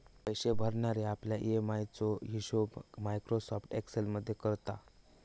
पैशे भरणारे आपल्या ई.एम.आय चो हिशोब मायक्रोसॉफ्ट एक्सेल मध्ये करता